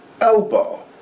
elbow